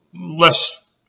less